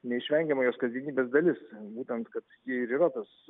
neišvengiama jos kasdienybės dalis būtent kad ji ir yra tas